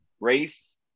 Race